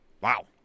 Wow